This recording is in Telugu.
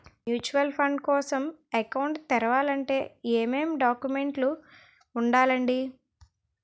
మ్యూచువల్ ఫండ్ కోసం అకౌంట్ తెరవాలంటే ఏమేం డాక్యుమెంట్లు ఉండాలండీ?